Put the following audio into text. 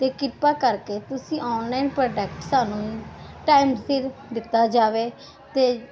ਤੇ ਕਿਰਪਾ ਕਰਕੇ ਤੁਸੀਂ ਆਨਲਾਈਨ ਪ੍ਰੋਡੈਕਟ ਸਾਨੂੰ ਟਾਈਮ ਸਿਰ ਦਿੱਤਾ ਜਾਵੇ ਤੇ